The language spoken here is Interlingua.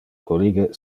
collige